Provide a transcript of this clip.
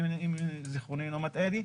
אם זכרוני אינו מטעני,